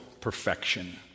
perfection